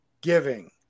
giving